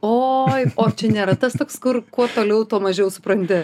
oi o čia nėra tas toks kur kuo toliau tuo mažiau supranti